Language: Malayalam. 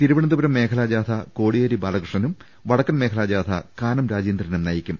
തിരുവനന്തപുരം മേഖലാജാഥ കോടിയേരി ബാലകൃഷ്ണനും വട ക്കൻ മേഖലാജാഥ കാനം രാജേന്ദ്രനും നയിക്കും